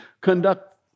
conduct